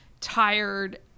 tired